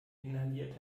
inhaliert